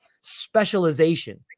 specialization